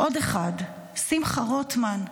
עוד אחד: שמחה רוטמן,